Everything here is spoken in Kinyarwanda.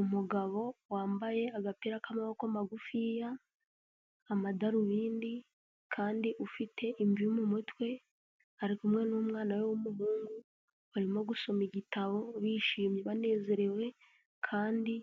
Umugabo wambaye agapira k'amaboko magufiya, amadarubindi kandi ufite imvi mu mutwe, ari kumwe n'umwana we w'umuhungu, barimo gusoma igitabo bishimye banezerewe, kandi